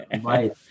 Right